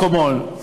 מקומון,